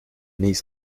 needs